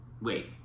wait